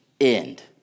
end